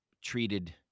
treated